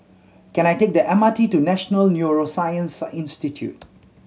can I take the M R T to National Neuroscience Institute